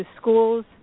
schools